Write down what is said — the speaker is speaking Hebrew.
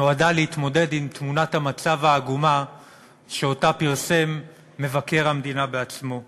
נועדה להתמודד עם תמונת המצב העגומה שמבקר המדינה בעצמו פרסם.